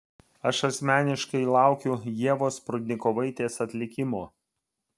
aš asmeniškai laukiu ievos prudnikovaitės atlikimo